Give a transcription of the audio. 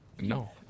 No